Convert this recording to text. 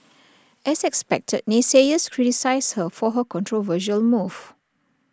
as expected naysayers criticised her for her controversial move